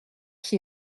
qui